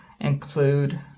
include